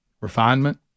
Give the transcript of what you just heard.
refinement